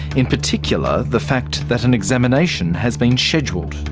in particular the fact that an examination has been scheduled.